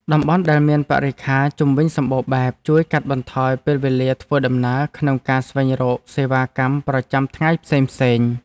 តំបន់ដែលមានបរិក្ខារជុំវិញសម្បូរបែបជួយកាត់បន្ថយពេលវេលាធ្វើដំណើរក្នុងការស្វែងរកសេវាកម្មប្រចាំថ្ងៃផ្សេងៗ។